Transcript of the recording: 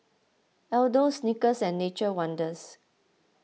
Aldo Snickers and Nature's Wonders